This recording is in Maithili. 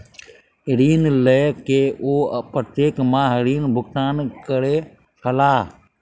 ऋण लय के ओ प्रत्येक माह ऋण भुगतान करै छलाह